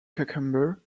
cucumber